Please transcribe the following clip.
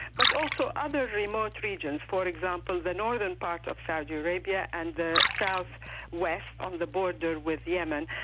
but also other remote regions, for example the northern part of saudi arabia and the south west on the border with yemen.